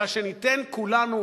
אלא שניתן כולנו